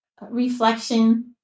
reflection